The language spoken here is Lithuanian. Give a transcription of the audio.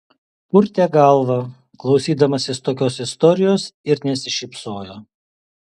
purtė galvą klausydamasis tokios istorijos ir nesišypsojo